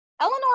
Eleanor